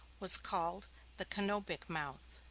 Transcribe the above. was called the canopic mouth.